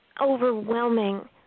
overwhelming